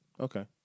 Okay